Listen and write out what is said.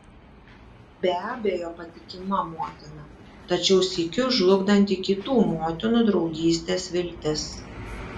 be abejo patikima motina tačiau sykiu žlugdanti kitų motinų draugystės viltis